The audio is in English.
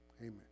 Amen